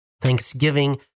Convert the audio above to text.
thanksgiving